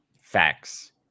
Facts